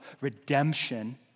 redemption